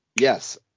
yes